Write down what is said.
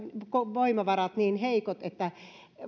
voimavarat ovat niin heikot että